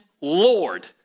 Lord